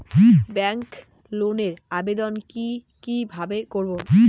Bank লোনের আবেদন কি কিভাবে করব?